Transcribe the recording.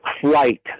flight